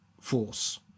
force